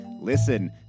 listen